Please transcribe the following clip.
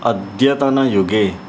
अद्यतन युगे